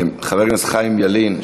חבר הכנסת חיים ילין,